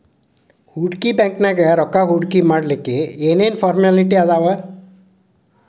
ಹೂಡ್ಕಿ ಬ್ಯಾಂಕ್ನ್ಯಾಗ್ ರೊಕ್ಕಾ ಹೂಡ್ಕಿಮಾಡ್ಲಿಕ್ಕೆ ಏನ್ ಏನ್ ಫಾರ್ಮ್ಯಲಿಟಿ ಅದಾವ?